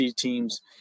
teams